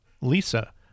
Lisa